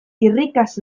irrikaz